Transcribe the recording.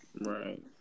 Right